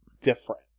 different